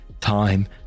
time